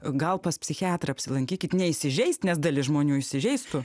gal pas psichiatrą apsilankykit neįsižeis nes dalis žmonių įsižeistų